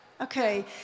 Okay